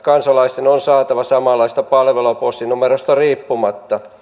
kansalaisten on saatava samanlaista palvelua postinumerosta riippumatta